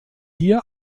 hier